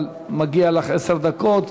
אבל מגיעות לך עשר דקות,